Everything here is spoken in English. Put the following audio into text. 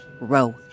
row